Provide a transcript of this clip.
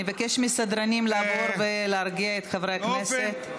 אני מבקשת מהסדרנים להרגיע את חברי הכנסת.